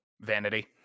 vanity